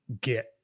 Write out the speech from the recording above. get